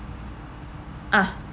uh